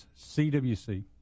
CWC